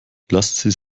lassen